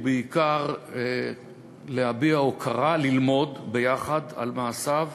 ובעיקר ללמוד ביחד על מעשיו